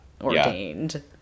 ordained